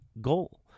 goal